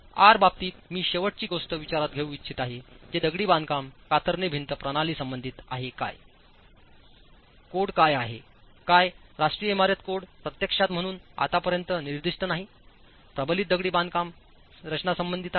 R बाबतीत मी शेवटची गोष्ट विचारात घेऊ इच्छित आहे जे दगडी बांधकाम कातरणे भिंत प्रणाली संबंधित आहे काय आहे कोड काय आहेकायराष्ट्रीय इमारत कोड प्रत्यक्षात म्हणून आतापर्यंत निर्दिष्ट नाही प्रबलित दगडी बांधकाम रचना संबंधित आहे